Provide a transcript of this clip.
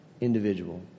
individual